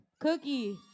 Cookie